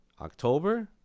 October